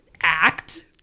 act